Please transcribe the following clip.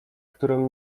którą